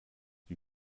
die